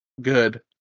good